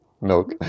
milk